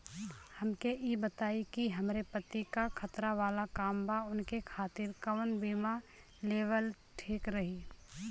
हमके ई बताईं कि हमरे पति क खतरा वाला काम बा ऊनके खातिर कवन बीमा लेवल ठीक रही?